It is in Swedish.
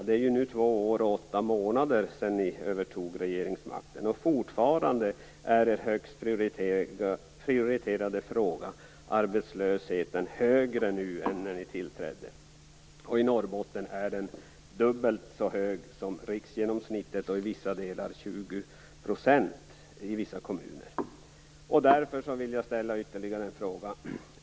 Det är nu två år och åtta månader sedan ni övertog regeringsmakten, och fortfarande är arbetslösheten, er högst prioriterade fråga, högre nu än när ni tillträdde. I Norrbotten är den dubbelt så hög som riksgenomsnittet, och i vissa kommuner 20 %. Därför vill jag ställa ytterligare en fråga.